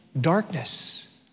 darkness